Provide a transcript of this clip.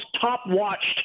top-watched